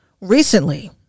recently